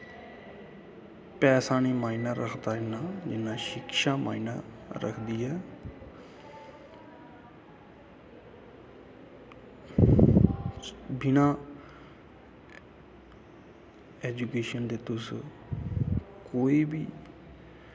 पैसा नी माईना रखदा इन्ना जिन्ना शिक्षा रखदी ऐ बिना ऐजुकेशन दे तुस कोई बी